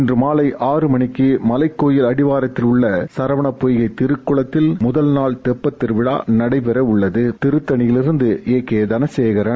இன்று மாலை ஆறு மணிக்கு மலைக்கோவில் அடிவாரத்தில் உள்ள சரவணபொய்கை திருக்குளத்தில் முதல்நாள் தெப்பதிருவிழ நடைபெறவுள்ளது திருத்தணியிலிருந்து ஏ கே தனசேகரன்